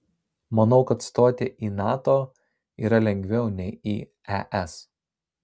manau kad stoti į nato yra lengviau nei į es